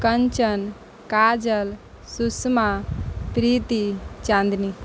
Kanchan Kajal Sushma Preeti Chandni